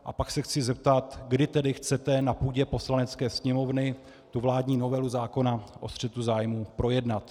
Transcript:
A pak se chci zeptat, kdy tedy chcete na půdě Poslanecké sněmovny vládní novelu zákona o střetu zájmů projednat.